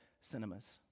cinemas